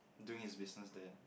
doing his business there